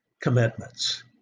commitments